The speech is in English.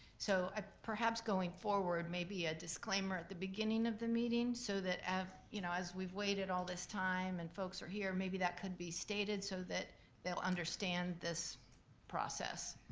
so ah perhaps going forward maybe a disclaimer at the beginning of the meeting so as you know as we've waited all this time and folks are here maybe that could be stated so that they'll understand this process.